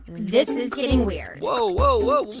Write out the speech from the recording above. this is getting weird whoa, whoa, whoa